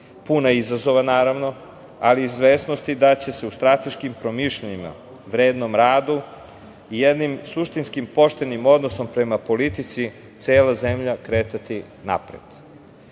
puna izazova, naravno, ali i izvesnosti da će se u strateškim promišljanjima, vrednom radu i jednim suštinski poštenim odnosom prema politici cela zemlja kretati